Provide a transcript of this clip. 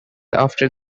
after